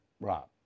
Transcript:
Rob